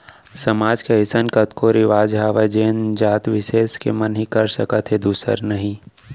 समाज के अइसन कतको रिवाज हावय जेन जात बिसेस के मन ही कर सकत हे दूसर नही